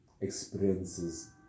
experiences